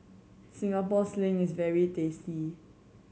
Singapore Sling is very tasty